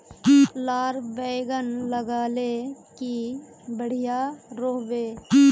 लार बैगन लगाले की बढ़िया रोहबे?